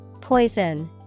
Poison